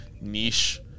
niche